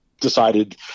decided